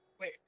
Wait